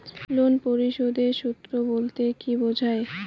Loan পরিশোধের সূএ বলতে কি বোঝায়?